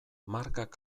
markak